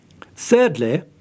Thirdly